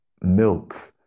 milk